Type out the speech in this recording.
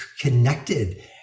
connected